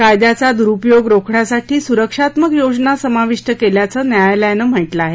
कायद्याचा दुरुपयोग रोखण्यासाठी सुरक्षात्मक योजना समाविष्ट केल्याचं न्यायालयानं म्हटलं आहे